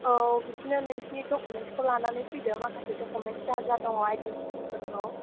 औ बिदिनो नोंसिनि डकुमेन्सखौ लानानै फैदो माखासे डकुमेन्स जा जा दङ आइडेन्टिटिफोरखौ